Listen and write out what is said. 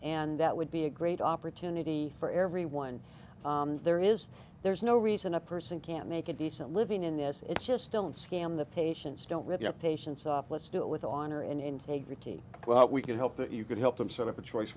and that would be a great opportunity for everyone there is there's no reason a person can't make a decent living in this it's just don't scam the patients don't really have patients off let's do it with on or in integrity we can help that you could help them sort of a choice